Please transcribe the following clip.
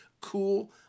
Cool